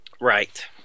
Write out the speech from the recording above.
Right